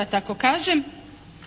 da tako kažem.